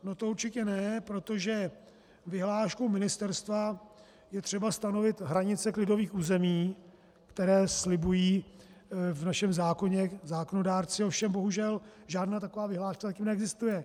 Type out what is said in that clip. No to určitě ne, protože vyhláškou ministerstva je třeba stanovit hranice klidových území, které slibují v našem zákoně zákonodárci, ovšem bohužel, žádná taková vyhláška zatím neexistuje.